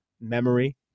memory